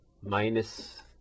minus